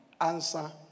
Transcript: answer